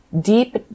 deep